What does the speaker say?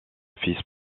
fils